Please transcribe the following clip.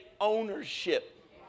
ownership